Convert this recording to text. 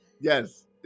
Yes